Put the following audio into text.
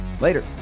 Later